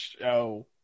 show